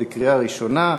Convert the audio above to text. קריאה ראשונה.